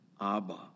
Abba